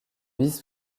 vice